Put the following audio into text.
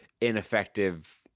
ineffective